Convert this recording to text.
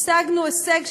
השגנו הישג,